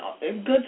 good